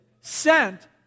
Sent